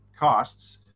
costs